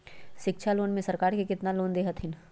शिक्षा लोन में सरकार केतना लोन दे हथिन?